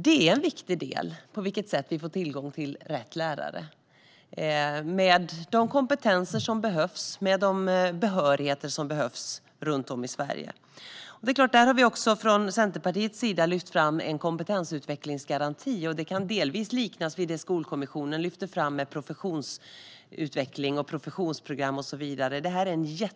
Det är en viktig del på vilket sätt vi får tillgång till rätt lärare med de kompetenser och behörigheter som behövs runt om i Sverige. Centerpartiet har lyft upp en kompetensutvecklingsgaranti. Den kan delvis liknas vid det som Skolkommissionen lyfte fram om professionsutveckling, professionsprogram och så vidare.